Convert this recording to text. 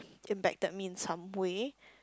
impacted me in some way